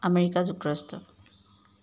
America যুক্তৰাষ্ট্ৰ